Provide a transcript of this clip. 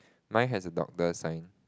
mine has a doctor sign